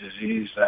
disease